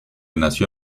nació